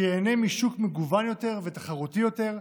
שייהנה משוק מגוון יותר ותחרותי יותר,